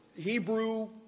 Hebrew